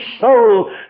soul